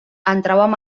entràvem